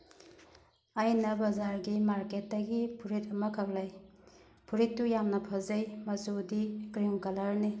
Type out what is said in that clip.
ꯑꯩꯅ ꯕꯥꯖꯥꯔꯒꯤ ꯃꯥꯔꯀꯦꯠꯇꯒꯤ ꯐꯨꯔꯤꯠ ꯑꯃꯈꯛ ꯂꯩ ꯐꯨꯔꯤꯠꯇꯨ ꯌꯥꯝꯅ ꯐꯖꯩ ꯃꯆꯨꯗꯤ ꯀ꯭ꯔꯤꯝ ꯀꯂꯔꯅꯤ